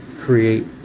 create